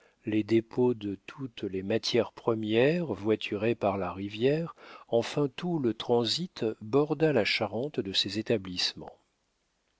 les dépôts de toutes les matières premières voiturées par la rivière enfin tout le transit borda la charente de ses établissements